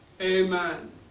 Amen